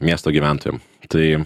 miesto gyventojam tai